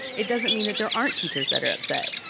it doesn't mean that there aren't teachers that are upset.